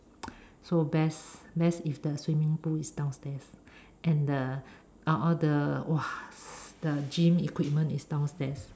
so best best if the swimming pool is downstairs and the uh oh the !wah! the gym equipment is downstairs